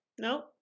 No